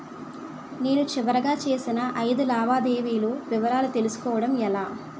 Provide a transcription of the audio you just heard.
నేను చివరిగా చేసిన ఐదు లావాదేవీల వివరాలు తెలుసుకోవటం ఎలా?